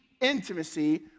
intimacy